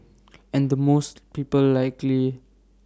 and the most people likely